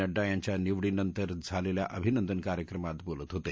नड्डा यांच्या निवडीनंतर झालेल्या अभिनंदन कार्यक्रमात बोलत होते